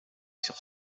sur